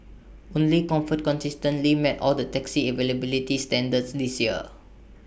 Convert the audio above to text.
only comfort consistently met all the taxi availability standards this year